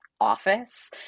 office